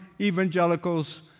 evangelicals